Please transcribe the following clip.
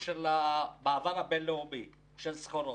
בקשר למעבר הבין-לאומי של סחורות.